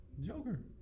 Joker